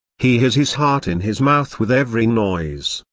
he has his heart in his mouth with every noise,